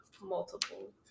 multiple